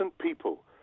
people